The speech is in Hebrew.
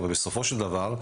בסופו של דבר,